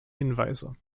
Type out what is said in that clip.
hinweise